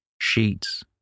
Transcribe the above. sheets